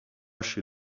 chez